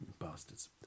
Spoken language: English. bastards